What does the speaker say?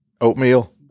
Oatmeal